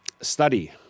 Study